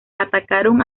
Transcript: atacaron